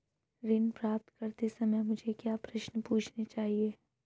ऋण प्राप्त करते समय मुझे क्या प्रश्न पूछने चाहिए?